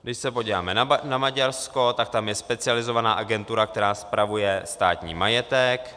Když se podíváme na Maďarsko, tak tam je specializovaná agentura, která spravuje státní majetek.